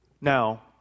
Now